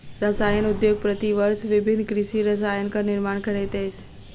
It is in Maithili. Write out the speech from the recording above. रसायन उद्योग प्रति वर्ष विभिन्न कृषि रसायनक निर्माण करैत अछि